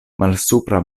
malsupra